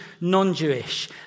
non-Jewish